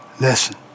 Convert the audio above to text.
Listen